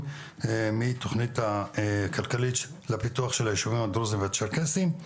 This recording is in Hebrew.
מהתכנית הכלכלית לפיתוח של הישובים הדרוזים והצ'רקסיים.